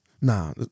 Nah